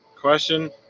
Question